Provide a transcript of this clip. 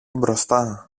μπροστά